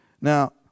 Now